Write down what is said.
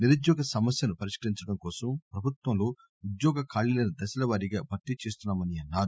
నిరుధ్యోగ సమస్యను పరిష్కరించడంకోసం ప్రభుత్వంలో ఉద్యోగ ఖాళీలను దశల వారీగా భర్తీ చేస్తున్నా మన్నారు